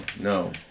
no